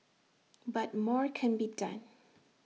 but more can be done